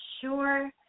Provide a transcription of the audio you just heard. sure